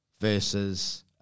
versus